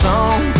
Song